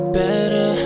better